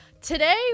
Today